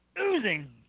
oozing